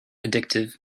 addictive